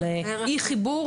אי חיבור,